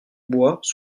bois